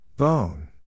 Bone